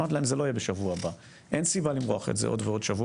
אמרתי להם שזה לא יהיה בשבוע הבא אין סיבה למרוח את זה עוד ועוד שבועות.